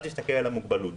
אל תסתכל על המוגבלות.